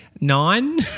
nine